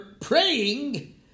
praying